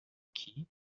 que